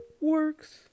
works